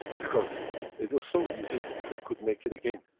because it was so easy they could make it again.